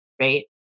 Right